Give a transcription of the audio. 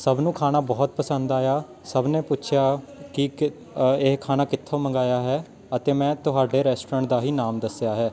ਸਭ ਨੂੰ ਖਾਣਾ ਬਹੁਤ ਪਸੰਦ ਆਇਆ ਸਭ ਨੇ ਪੁੱਛਿਆ ਕਿ ਕਿ ਇਹ ਖਾਣਾ ਕਿੱਥੋਂ ਮੰਗਵਾਇਆ ਹੈ ਅਤੇ ਮੈਂ ਤੁਹਾਡੇ ਰੈਸਟੋਰੈਂਟ ਦਾ ਹੀ ਨਾਮ ਦੱਸਿਆ ਹੈ